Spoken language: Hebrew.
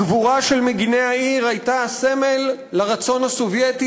הגבורה של מגיני העיר הייתה סמל לרצון הסובייטי